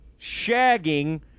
shagging